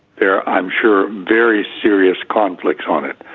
there are i'm sure very serious conflicts on it.